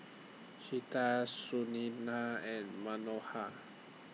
Chetan Sunita and Manohar